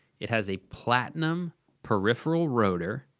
it has a platinum peripheral rotor,